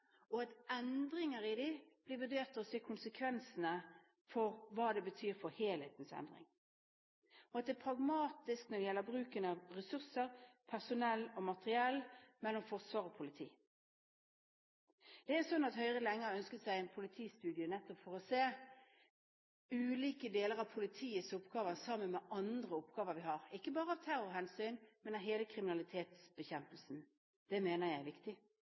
og at endringer i dem blir vurdert også ut fra konsekvensene for helheten, og at man er pragmatisk når det gjelder bruken av ressurser, personell og materiell mellom forsvar og politi. Høyre har lenge ønsket seg en politistudie, nettopp for å se på ulike deler av politiets oppgaver sammen med andre oppgaver vi har – ikke bare av terrorhensyn, men av hensyn til hele kriminalitetsbekjempelsen. Det mener jeg er viktig.